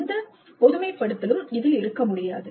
எந்த பொதுமைப்படுத்தலும் இருக்க முடியாது